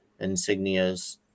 insignias